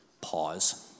Pause